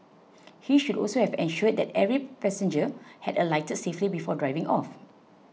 he should also have ensured that every passenger had alighted safely before driving off